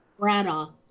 Branagh